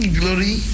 glory